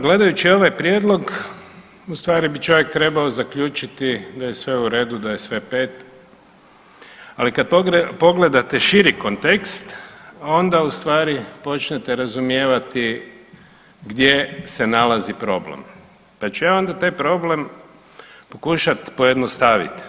Gledajući ovaj prijedlog u stvari bi čovjek trebao zaključiti da je sve u redu, da je sve 5, ali kad pogledate širi kontekst onda u stvari počnete razumijevati gdje se nalazi problem, pa ću ja onda taj problem pokušat pojednostavit.